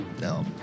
No